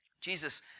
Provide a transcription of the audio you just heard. Jesus